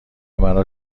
مرا